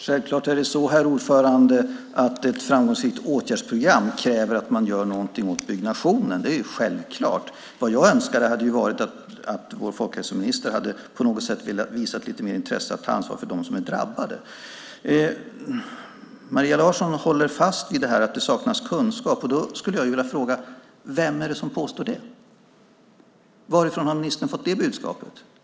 Herr talman! Ja, självklart kräver ett framgångsrikt åtgärdsprogram att något görs åt byggnationen. Jag skulle önska att vår folkhälsominister på något sätt visade ett lite större intresse för att ta ansvar för de drabbade. Maria Larsson håller fast vid att det saknas kunskap. Då skulle jag vilja fråga: Vem påstår det? Varifrån har ministern fått det budskapet?